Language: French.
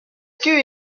queue